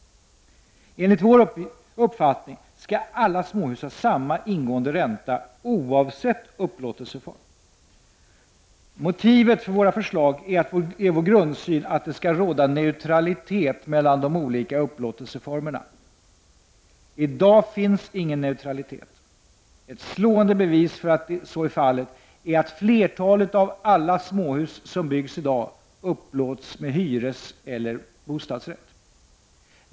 Enligt vår uppfattning skall alla småhus ha samma ingående ränta oavsett upplåtelseform. Motivet för våra förslag är vår grundsyn att det skall råda neutralitet mellan de olika upplåtelseformerna. I dag finns ingen neutralitet. Ett slående bevis för att så är fallet är att flertalet av alla småhus som byggs i dag upplåts med hyreseller bostadsrätt.